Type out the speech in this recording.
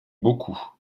beaucoup